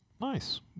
Nice